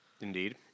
Indeed